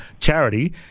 charity